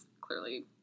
clearly